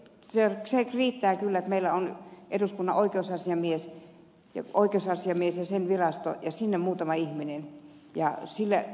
se riittää kyllä että meillä on eduskunnan oikeusasiamies ja sen virasto ja sinne muutama ihmisoikeuksiin keskittyvä ihminen